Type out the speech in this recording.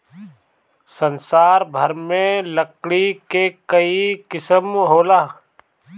संसार भर में लकड़ी के कई किसिम होला